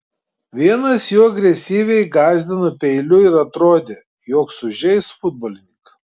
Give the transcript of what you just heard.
vienas jų agresyviai gąsdino peiliu ir atrodė jog sužeis futbolininką